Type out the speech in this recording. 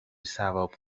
ثواب